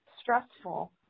stressful